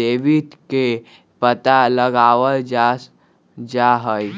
debit के पता लगावल जा हई